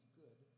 good